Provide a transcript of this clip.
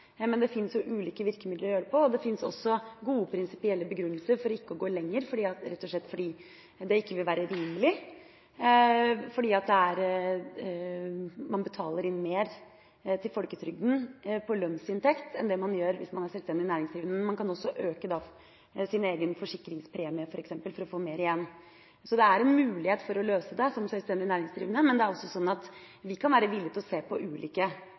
Men det fins ulike virkemidler å gjøre det på. Det fins også gode, prinsipielle begrunnelser for ikke å gå lenger – rett og slett fordi det ikke vil være rimelig, fordi man betaler inn mer til folketrygden på lønnsinntekt enn man gjør hvis man er selvstendig næringsdrivende. Men man kan også øke sin egen forsikringspremie, f.eks., for å få mer igjen. Så det er en mulighet å løse det som selvstendig næringsdrivende. Men vi kan være villig til å se på ulike